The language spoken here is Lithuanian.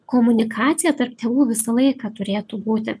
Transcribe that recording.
komunikaciją tarp tėvų visą laiką turėtų būti